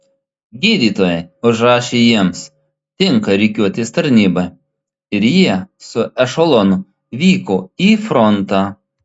gydytojai užrašė jiems tinka rikiuotės tarnybai ir jie su ešelonu vyko į frontą